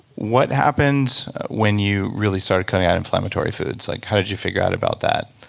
what happens when you really started cutting out inflammatory foods? like how did you figure out about that?